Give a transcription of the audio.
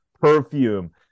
perfume